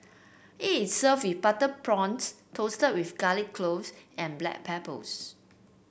it is served with butter prawns tossed with garlic cloves and black peppers